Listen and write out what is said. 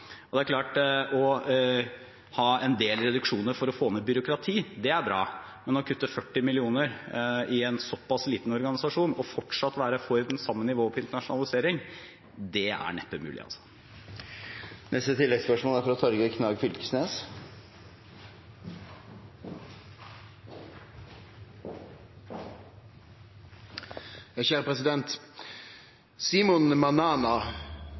Å ha en del reduksjoner for å få ned byråkrati, er bra, men å kutte 40 mill. kr til en såpass liten organisasjon og fortsatt være for det samme nivået på internasjonalisering, det er neppe mulig. Torgeir Knag Fylkesnes – til oppfølgingsspørsmål. Simon Manana er